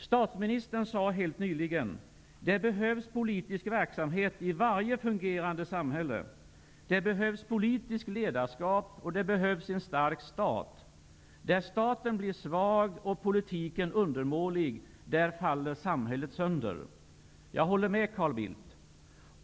Statsministern sade helt nyligen: ''Det behövs politisk verksamhet i varje fungerande samhälle. Det behövs politiskt ledarskap. Och det behövs en stark stat. Där staten blir svag och politiken undermålig, där faller samhället sönder.'' Jag håller med Carl Bildt.